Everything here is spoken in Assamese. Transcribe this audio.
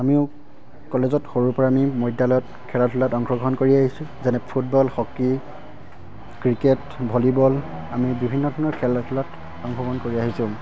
আমিও কলেজত সৰুৰ পৰা আমি মধ্যালয়ত খেলা ধূলাত অংশগ্ৰণ কৰি আহিছোঁ যেনে ফুটবল হকী ক্ৰিকেট ভলীবল আমি বিভিন্ন ধৰণৰ খেলা ধূলাত অংশগ্ৰণ কৰি আহিছোঁ